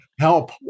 help